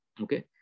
Okay